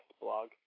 blog